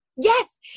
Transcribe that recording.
Yes